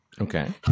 Okay